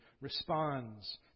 responds